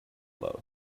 loved